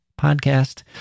podcast